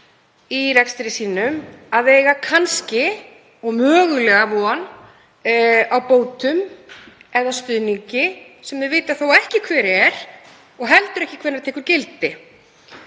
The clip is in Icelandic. í rekstri sínum að eiga kannski og mögulega von á bótum eða stuðningi sem þau vita þó ekki hver er og heldur ekki hvenær tekur gildi.